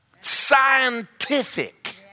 Scientific